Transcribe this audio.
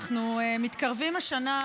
אנחנו מתקרבים השנה,